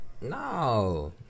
No